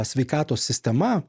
sveikatos sistema